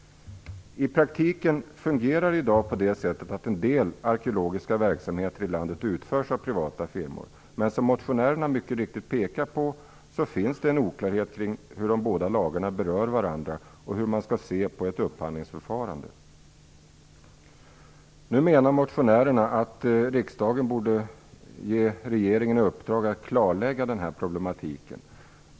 I praktiken fungerar det i dag på det sättet att en del arkeologisk verksamhet i landet utförs av privata firmor. Men som motionärerna mycket riktigt pekar på finns en oklarhet kring hur de båda lagarna berör varandra och hur man skall se på ett upphandlingsförfarande. Nu menar motionärerna att riksdagen borde ge regeringen i uppdrag att klarlägga problematiken.